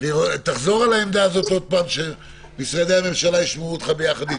תחזור על העמדה הזאת עוד פעם שמשרדי הממשלה ישמעו אותך ביחד איתי.